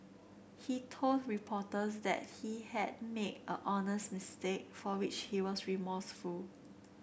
he told reporters that he had made a honest mistake for which he was remorseful